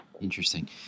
Interesting